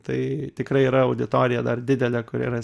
tai tikrai yra auditorija dar didelė kur yra